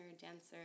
dancer